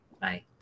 Bye